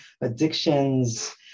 addictions